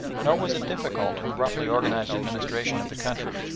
nor was it difficult in the roughly organised administration of the country,